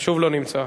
שוב לא נמצא.